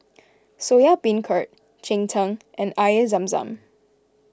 Soya Beancurd Cheng Tng and Air Zam Zam